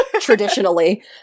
traditionally